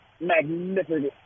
magnificent